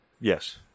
Yes